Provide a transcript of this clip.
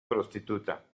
prostituta